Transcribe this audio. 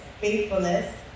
faithfulness